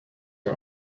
her